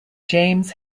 james